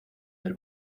del